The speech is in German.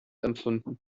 empfunden